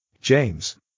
James